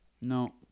No